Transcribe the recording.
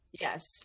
Yes